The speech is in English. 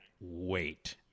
wait